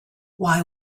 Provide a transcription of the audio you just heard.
why